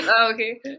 okay